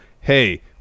hey